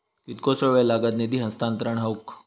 कितकोसो वेळ लागत निधी हस्तांतरण हौक?